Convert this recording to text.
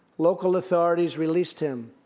local authorities released him.